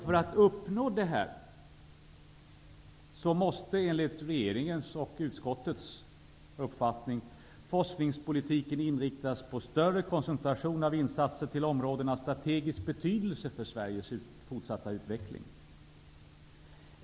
För att uppnå detta måste forskningspolitiken enligt regeringens och utskottets uppfattning inriktas på större koncentration av insatserna till områden av strategisk betydelse för Sveriges fortsatta utveckling.